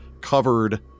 Covered